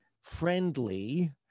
friendly